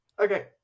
Okay